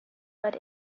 but